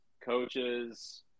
coaches